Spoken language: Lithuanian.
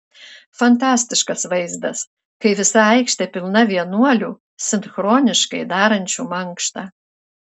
fantastiškas vaizdas kai visa aikštė pilna vienuolių sinchroniškai darančių mankštą